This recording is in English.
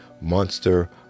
Monster